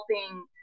helping